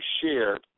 share